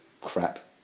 crap